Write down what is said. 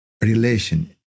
relation